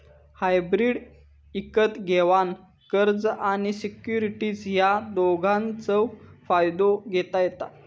hybrid इकत घेवान कर्ज आणि सिक्युरिटीज या दोघांचव फायदो घेता येता